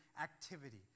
activity